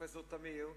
פרופסור תמיר,